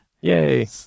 yay